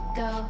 go